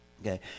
Okay